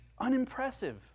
unimpressive